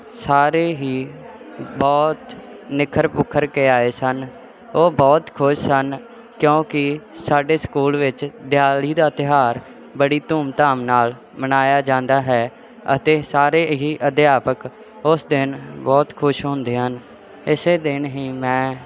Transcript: ਸਾਰੇ ਹੀ ਬਹੁਤ ਨਿਖਰ ਭੁਖਰ ਕੇ ਆਏ ਸਨ ਉਹ ਬਹੁਤ ਖੁਸ਼ ਸਨ ਕਿਉਂਕਿ ਸਾਡੇ ਸਕੂਲ ਵਿੱਚ ਦਿਵਾਲੀ ਦਾ ਤਿਉਹਾਰ ਬੜੀ ਧੂਮ ਧਾਮ ਨਾਲ ਮਨਾਇਆ ਜਾਂਦਾ ਹੈ ਅਤੇ ਸਾਰੇ ਹੀ ਅਧਿਆਪਕ ਉਸ ਦਿਨ ਬਹੁਤ ਖੁਸ਼ ਹੁੰਦੇ ਹਨ ਇਸੇ ਦਿਨ ਹੀ ਮੈਂ